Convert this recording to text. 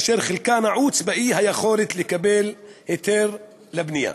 אשר חלקה נעוץ באי-היכולת לקבל היתר לבנייה.